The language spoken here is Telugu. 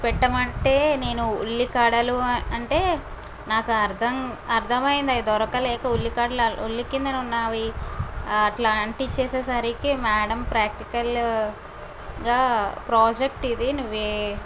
పెట్టమంటే నేను ఉల్లికాడలు అంటే నాకు అర్థం అర్థమైందొరకలేక ఉల్లికాడ ఉల్లి కిందన ఉన్నవి అట్లా అంటించేసేసరికి మ్యాడం ప్రాక్టికల్ గా ప్రాజెక్ట్ ఇది నువ్వే